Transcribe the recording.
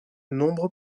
nombre